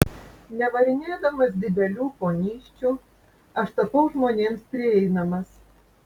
nevarinėdamas didelių ponysčių aš tapau žmonėms prieinamas